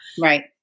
Right